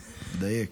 תדייק.